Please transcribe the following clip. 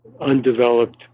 undeveloped